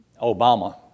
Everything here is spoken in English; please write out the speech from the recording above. Obama